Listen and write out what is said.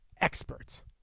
experts